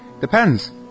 Depends